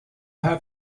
have